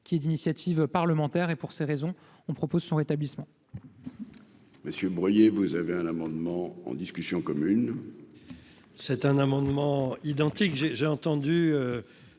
qui est d'initiative parlementaire et pour ces raisons, on propose son rétablissement. Monsieur Bruillet vous avez un amendement en discussion commune. C'est un amendement identique j'ai j'ai entendu